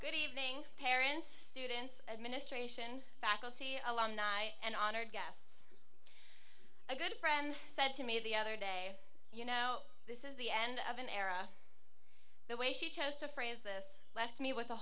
good evening parents students administration faculty island ny and honored guests a good friend said to me the other day you know this is the end of an era the way she chose to phrase this left me with a